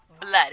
blood